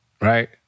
right